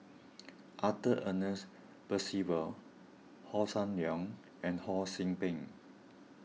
Arthur Ernest Percival Hossan Leong and Ho See Beng